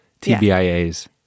TBIA's